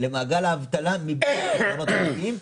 למעגל האבטלה מבלי פתרונות מתאימים,